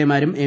എമാരും എം